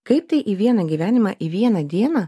kaip tai į vieną gyvenimą į vieną dieną